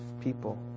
people